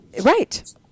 Right